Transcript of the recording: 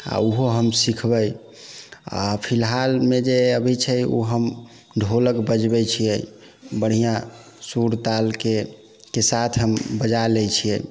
आओर उहो हम सिखबै आओर फिलहालमे जे अभी छै ओ हम ढ़ोलक बजबै छियै बढ़िआँ सुर तालके के साथ हम बजा लै छियै